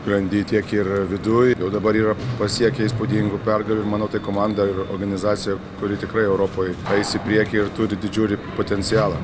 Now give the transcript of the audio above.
grandy tiek ir viduj jau dabar yra pasiekę įspūdingų pergalių manau tai komanda organizacija kuri tikrai europoj ais į priekį ir turi didžiulį potencialą